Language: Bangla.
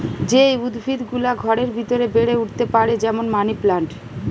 যে উদ্ভিদ গুলা ঘরের ভিতরে বেড়ে উঠতে পারে যেমন মানি প্লান্ট